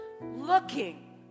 Looking